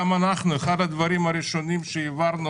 גם אנחנו אחד הדברים הראשונים שהעברנו